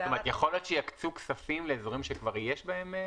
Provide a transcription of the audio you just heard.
כלומר יכול להיות שיקצו כספים לאזורים שכבר יש בהם?